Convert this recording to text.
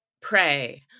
Pray